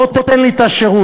בוא תן לי את השירות.